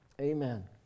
Amen